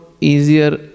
easier